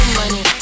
money